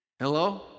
Hello